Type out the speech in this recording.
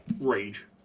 rage